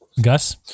Gus